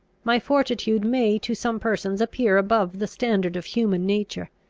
my fortitude may to some persons appear above the standard of human nature.